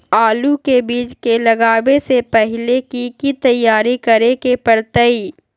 आलू के बीज के लगाबे से पहिले की की तैयारी करे के परतई?